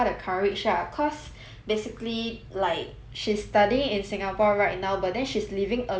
basically like she studying in singapore right now but then she's living alone in a condo lah